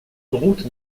route